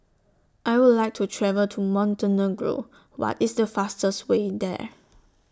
I Would like to travel to Montenegro What IS The fastest Way in There